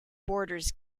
borders